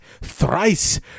thrice